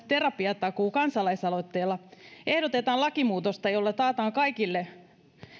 terapiatakuu kansalaisaloitteella ehdotetaan lakimuutosta jolla taataan kaikille